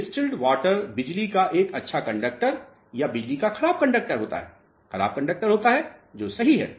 distilled water बिजली का एक अच्छा कंडक्टर या बिजली का खराब कंडक्टर खराब कंडक्टर है जो सही है